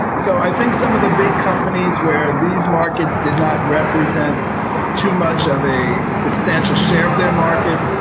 so i think some of the big companies where these markets did not represent too much of a substantial share of their market,